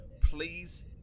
please